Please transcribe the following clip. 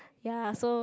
ya so